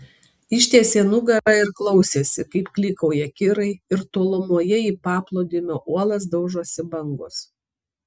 ištiesė nugarą ir klausėsi kaip klykauja kirai ir tolumoje į paplūdimio uolas daužosi bangos